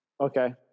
Okay